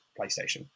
PlayStation